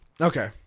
Okay